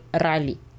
rally